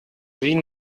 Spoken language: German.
wie